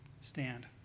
stand